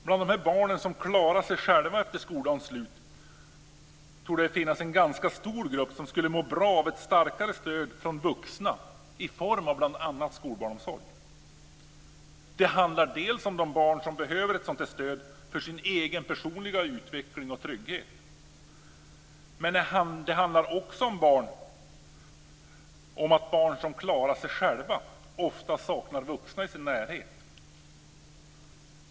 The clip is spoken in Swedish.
Bland de barn som "klarar sig själva" efter skoldagens slut torde det finnas en stor grupp som skulle må bra av ett starkare stöd från vuxna i form av bl.a. skolbarnsomsorg. Det handlar dels om barn som behöver ett sådant stöd för sin egen personliga utveckling och trygghet. Men det handlar också om att barn som "klarar sig själva" ofta saknar vuxna i sin närhet.